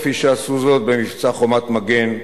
כפי שעשו זאת במבצע "חומת מגן",